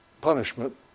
punishment